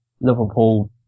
Liverpool